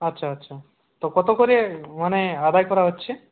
আচ্ছা আচ্ছা তো কত করে মানে আদায় করা হচ্ছে